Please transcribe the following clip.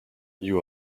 you